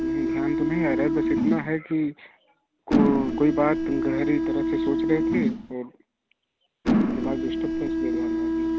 नहीं ध्यान तो नहीं आ रहा है बस इतना है कि कोई बात गहरी तरह से सोच रहे थे और दिमाग डिस्टर्ब था इसलिए ध्यान ना दिया